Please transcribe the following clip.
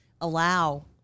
allow